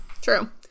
True